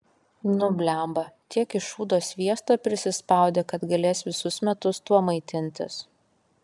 nu blemba tiek iš šūdo sviesto prisispaudė kad galės visus metus tuo maitintis